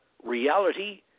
reality